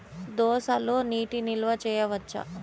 దోసలో నీటి నిల్వ చేయవచ్చా?